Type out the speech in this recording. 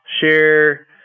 share